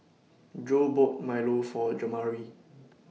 Joe bought Milo For Jamari